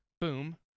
Boom